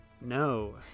No